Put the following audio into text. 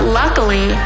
luckily